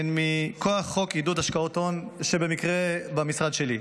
הן מכוח חוק עידוד השקעות הון, שבמקרה במשרד שלי.